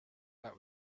that